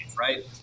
right